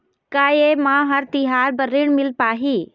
का ये म हर तिहार बर ऋण मिल पाही?